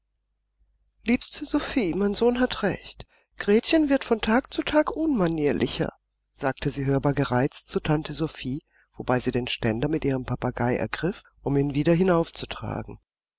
liebste sophie mein sohn hat recht gretchen wird von tag zu tag unmanierlicher sagte sie hörbar gereizt zu tante sophie wobei sie den ständer mit ihrem papagei ergriff um ihn wieder hinaufzutragen